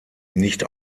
nicht